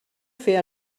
fer